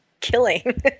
killing